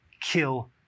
kill